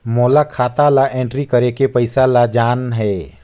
मोला खाता ला एंट्री करेके पइसा ला जान हे?